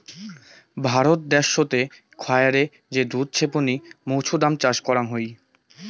ভারত দ্যাশোতে খায়ারে যে দুধ ছেপনি মৌছুদাম চাষ করাং হই